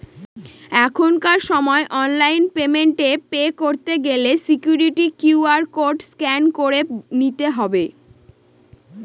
এখনকার সময় online payment এ পে করতে গেলে সিকুইরিটি কিউ.আর কোড স্ক্যান করে নিতে হবে